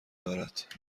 دارد